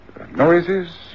Noises